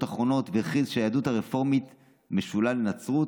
אחרונות והכריז שהיהדות הרפורמית משולה לנצרות,